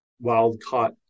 wild-caught